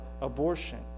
abortion